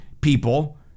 people